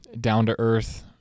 down-to-earth